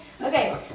Okay